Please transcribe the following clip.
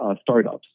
startups